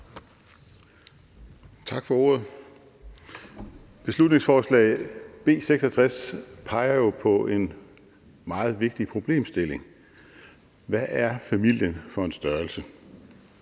Tak for ordet. Beslutningsforslag B 66 peger jo på en meget vigtig problemstilling, nemlig hvad familien er for en størrelse.